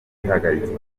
zihagaritswe